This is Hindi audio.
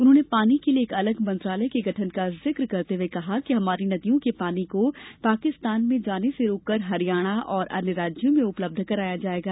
उन्होंने पानी के लिए एक अलग मंत्रालय के गठन का जिक्र करते हुए कहा कि हमारी नदियों के पानी को पाकिस्तान में जाने से रोककर हरियाणा और अन्य राज्यों में उपलब्ध कराया जाएगा